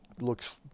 looks